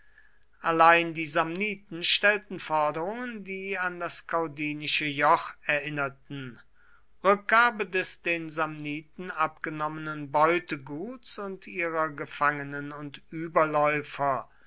allein die samniten stellten forderungen die an das caudinische joch erinnerten rückgabe des den samniten abgenommenen beuteguts und ihrer gefangenen und überläufer